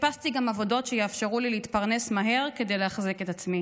חיפשתי גם עבודות שיאפשרו לי להתפרנס מהר כדי להחזיק את עצמי.